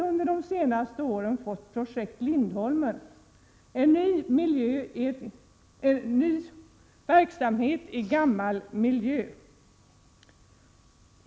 Under de senaste åren har vi också fått projekt Lindholmen, en ny verksamhet i en gammal miljö.